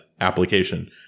application